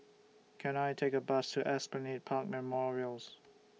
Can I Take A Bus to Esplanade Park Memorials